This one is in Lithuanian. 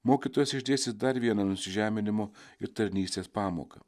mokytojas išdėstė dar vieną nusižeminimo ir tarnystės pamoką